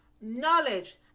knowledge